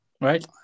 Right